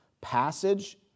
passage